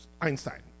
Einstein